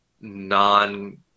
non